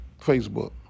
Facebook